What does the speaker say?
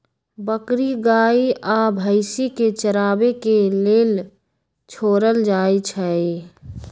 बकरी गाइ आ भइसी के चराबे के लेल छोड़ल जाइ छइ